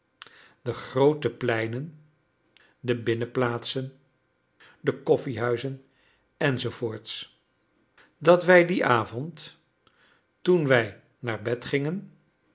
de groote pleinen de binnenplaatsen de koffiehuizen enz dat wij dien avond toen wij naar bed gingen